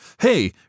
Hey